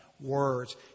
words